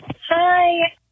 Hi